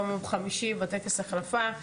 גם ביום חמישי בטקס החלפה.